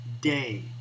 day